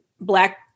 black